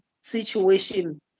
situation